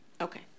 Okay